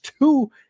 two